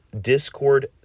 Discord